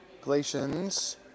Galatians